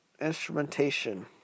instrumentation